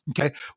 Okay